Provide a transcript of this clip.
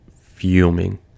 fuming